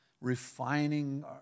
refining